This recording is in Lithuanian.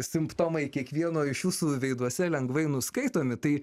simptomai kiekvieno iš jūsų veiduose lengvai nuskaitomi tai